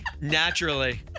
Naturally